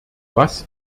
was